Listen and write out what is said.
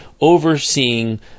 overseeing